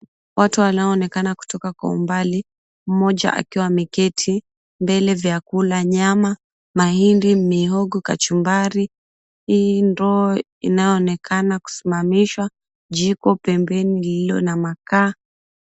Watu wanaonekana kutoka kwa umbali, mmoja akiwa ameketi mbele, vyakula nyama, mahindi, mihogo, kachumbari, hii ndo inayo onekana kusmamishwa. Jiko pembeni lililo na makaa.